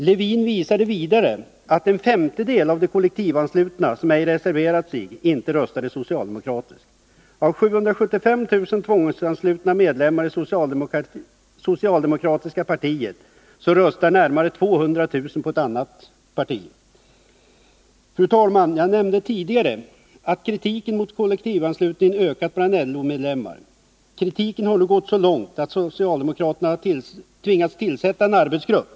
Leif Lewin visade vidare att en femtedel av de kollektivanslutna som ej reserverat sig inte röstade socialdemokratiskt. Av 775 000 tvångsanslutna medlemmar i socialdemokratiska partiet röstar närmare 200 000 på ett annat parti. Fru talman! Jag nämnde tidigare att kritiken mot kollektivanslutningen Nr 27 ökat bland LO:s medlemmar. Kritiken har nu gått så långt att socialdemo Onsdagen den kraterna har tvingats tillsätta en arbetsgrupp.